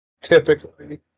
typically